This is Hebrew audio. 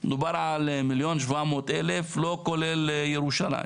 מדובר על 1,700,000, לא כולל ירושלים.